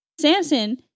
Samson